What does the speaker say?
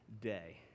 day